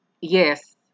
yes